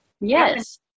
Yes